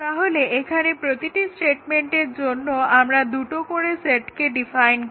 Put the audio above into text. তাহলে এখানে প্রতিটি স্টেটমেন্টের জন্য আমরা দুটো করে সেটকে ডিফাইন করি